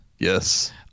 Yes